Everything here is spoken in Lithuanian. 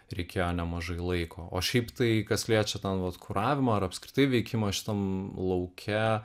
reikėjo nemažai laiko o šiaip tai kas liečia ten vat kuravimą ar apskritai veikimą šitam lauke